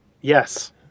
Yes